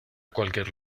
cualquier